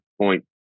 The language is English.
point